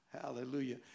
Hallelujah